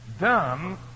done